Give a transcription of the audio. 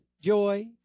Joy